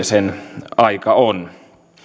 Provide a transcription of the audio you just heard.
sen aika on